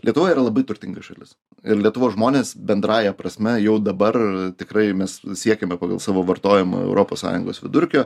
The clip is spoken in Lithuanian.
lietuva yra labai turtinga šalis ir lietuvos žmonės bendrąja prasme jau dabar tikrai mes siekiame pagal savo vartojimą europos sąjungos vidurkio